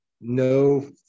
no